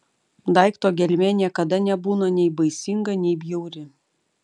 daikto gelmė niekada nebūna nei baisinga nei bjauri